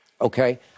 Okay